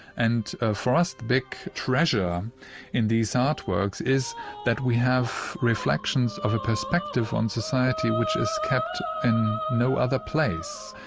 and for us the big treasure in these artworks is that we have reflections of a perspective on society which is kept in no other place.